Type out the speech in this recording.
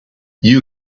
you